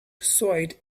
swayed